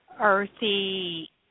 earthy